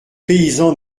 paysan